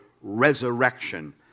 resurrection